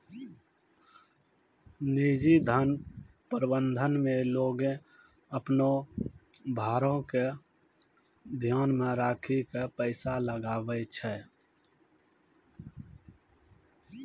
निजी धन प्रबंधन मे लोगें अपनो भारो के ध्यानो मे राखि के पैसा लगाबै छै